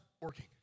working